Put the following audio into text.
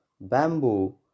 bamboo